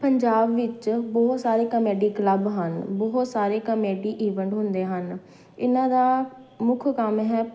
ਪੰਜਾਬ ਵਿੱਚ ਬਹੁਤ ਸਾਰੇ ਕਮੇਡੀ ਕਲੱਬ ਹਨ ਬਹੁਤ ਸਾਰੇ ਕਮੇਡੀ ਈਵੈਂਟ ਹੁੰਦੇ ਹਨ ਇਹਨਾਂ ਦਾ ਮੁੱਖ ਕੰਮ ਹੈ